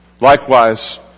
likewise